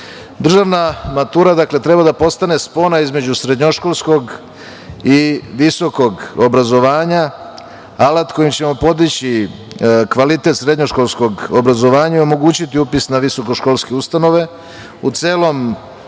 kulture. Državna matura, dakle, treba da postane spona između srednjoškolskog i visokog obrazovanja, alat kojim ćemo podići kvalitet srednjoškolskog obrazovanja i omogućiti upis na visokoškolske ustanove. U celom